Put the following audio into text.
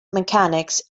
mechanics